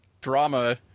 drama